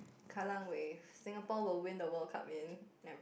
Kallang-Wave Singapore will win the World Cup in ya